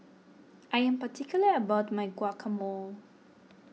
I am particular about my Guacamole